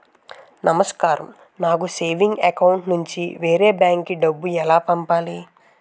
నమస్కారం నాకు savings account నుంచి వేరే బ్యాంక్ కి డబ్బు ఎలా పంపాలి?